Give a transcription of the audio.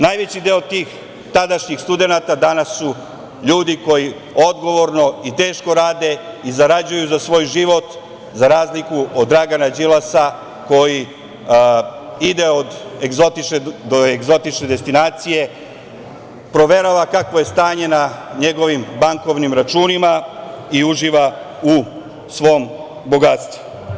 Najveći deo tih tadašnjih studenata danas su ljudi koji odgovorno i teško rade i zarađuju za svoj život, za razliku od Dragana Đilasa, koji ide od egzotične do egzotične destinacije, proverava kakvo je stanje na njegovim bankovnim računima i uživa u svom bogatstvu.